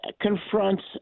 confronts